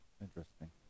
Interesting